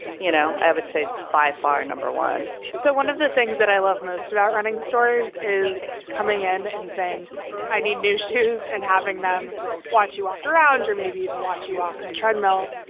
you know, i would say by far no one so one of the things that i love most about running stores is coming in and saying i need new shoes and having them watch you walk around or maybe even watch you walk on a treadmill.